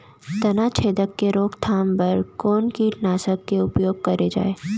तनाछेदक के रोकथाम बर कोन कीटनाशक के उपयोग करे जाये?